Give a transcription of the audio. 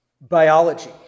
biology